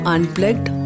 Unplugged